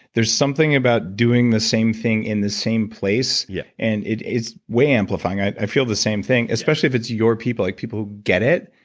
there's something about doing the same thing in the same place yeah and it's way amplifying. i feel the same thing. especially, if it's your people. like people who get it.